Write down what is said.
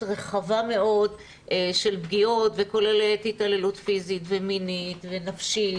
רחבה מאוד של פגיעות וכוללת התעללות פיזית ומינית ונפשית,